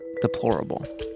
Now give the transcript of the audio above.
deplorable